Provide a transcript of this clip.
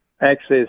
access